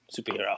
superhero